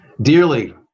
Dearly